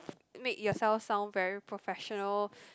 make yourself sound very professional